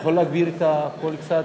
יכול להגביר את הקול קצת?